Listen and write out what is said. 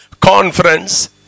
Conference